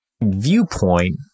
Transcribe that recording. viewpoint